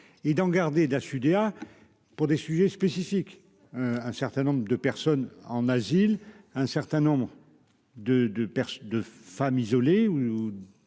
et d'en garder UDA pour des sujets spécifiques, un certain nombre de personnes en asile, un certain nombre de de de femmes isolées